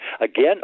again